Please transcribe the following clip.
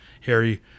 Harry